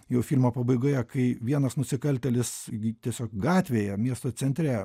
jau filmo pabaigoje kai vienas nusikaltėlis tiesiog gatvėje miesto centre